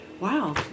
wow